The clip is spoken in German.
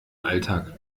alltag